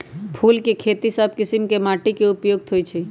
फूल के खेती सभ किशिम के माटी उपयुक्त होइ छइ